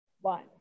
One